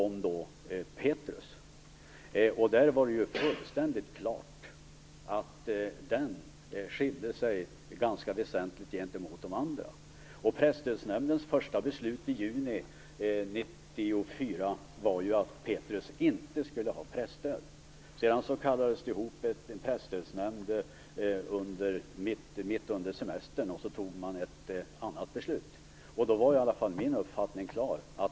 I fråga om den var det fullständigt klart att den skilde sig ganska väsentligt gentemot de andra. Presstödsnämndens första beslut i juni 1994 var ju att Petrus inte skulle ha presstöd. Sedan kallades Presstödsnämnden in mitt under semestern, och den fattade ett annat beslut. Då var i alla fall min uppfattning klar.